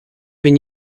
been